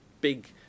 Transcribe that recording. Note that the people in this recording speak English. big